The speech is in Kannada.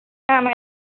ಆಂ ಮೇಡ್